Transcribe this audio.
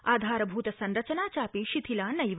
आधारभूता संरचना चापि शिथिला नैव